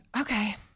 okay